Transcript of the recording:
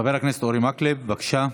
חבר הכנסת אורי מקלב, בבקשה.